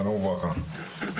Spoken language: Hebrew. שלום וברכה,